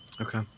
Okay